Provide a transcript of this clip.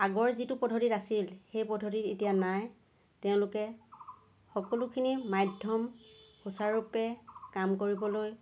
আগৰ যিটো পদ্ধতিত আছিল সেই পদ্ধতি এতিয়া নাই তেওঁলোকে সকলোখিনি মাধ্যম সুচাৰুৰূপে কাম কৰিবলৈ